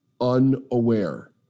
unaware